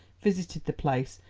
visited the place,